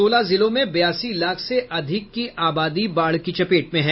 सोलह जिलों में बयासी लाख से अधिक की आबादी बाढ़ की चपेट में है